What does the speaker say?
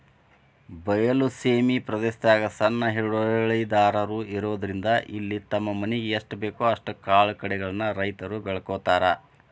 ಬಯಲ ಸೇಮಿ ಪ್ರದೇಶದಾಗ ಸಣ್ಣ ಹಿಡುವಳಿದಾರರು ಇರೋದ್ರಿಂದ ಇಲ್ಲಿ ತಮ್ಮ ಮನಿಗೆ ಎಸ್ಟಬೇಕೋ ಅಷ್ಟ ಕಾಳುಕಡಿಗಳನ್ನ ರೈತರು ಬೆಳ್ಕೋತಾರ